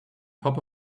top